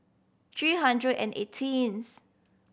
three hundred and eighteenth